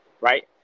right